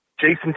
Jason